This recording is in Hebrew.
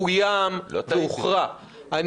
קוים והוכרע.